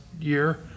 year